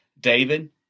David